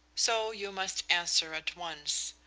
so you must answer at once.